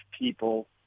people